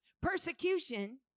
Persecution